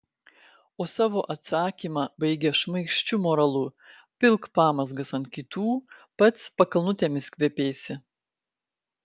o savo atsakymą baigia šmaikščiu moralu pilk pamazgas ant kitų pats pakalnutėmis kvepėsi